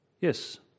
Yes